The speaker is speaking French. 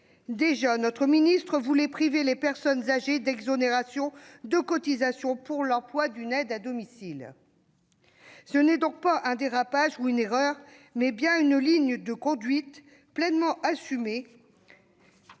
déjà, notre ministre voulait priver les personnes âgées d'exonérations de cotisations pour l'emploi d'une aide à domicile ? Ce n'est donc pas un « dérapage » ou une « erreur ». Il s'agit bien d'une ligne de conduite pleinement assumée,